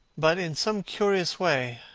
but in some curious way